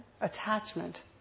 attachment